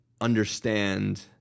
understand